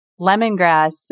Lemongrass